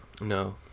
No